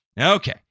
Okay